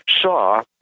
saw